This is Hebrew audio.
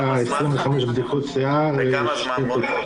בכמה זמן?